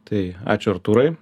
tai ačiū artūrai